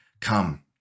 come